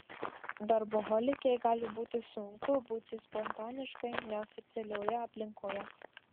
darboholikei gali būti sunku būti spontaniškai neoficialioje aplinkoje